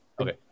Okay